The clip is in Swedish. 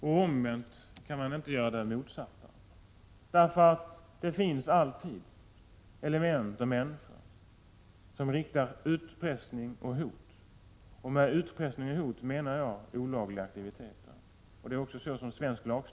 Och omvänt kan man inte göra det motsatta, eftersom det alltid finns element och människor som bedriver utpressning och riktar hot mot människor. Med utpressning och hot menar jag olagliga aktiviteter — och så är det också enligt svensk lag.